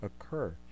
occur